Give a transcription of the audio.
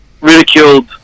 ridiculed